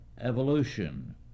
evolution